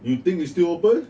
you think it's still open